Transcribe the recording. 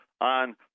on